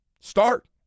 Start